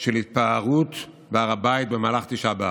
של התפרעות בהר הבית במהלך תשעה באב.